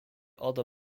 other